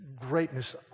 greatness